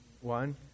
One